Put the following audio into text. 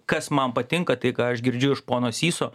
kas man patinka tai ką aš girdžiu iš pono syso